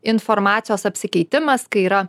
informacijos apsikeitimas kai yra